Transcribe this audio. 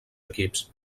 equips